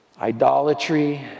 idolatry